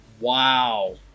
Wow